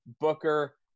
Booker